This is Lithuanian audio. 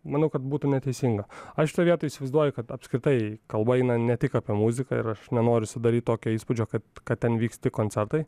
manau kad būtų neteisinga aš šitoj vietoj įsivaizduoju kad apskritai kalba eina ne tik apie muziką ir aš nenoriu sudaryt tokio įspūdžio kad kad ten vyks tik koncertai